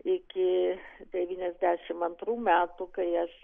iki devyniasdešimt antrų metų kai aš